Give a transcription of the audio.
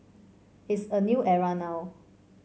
it's a new era now